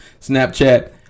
Snapchat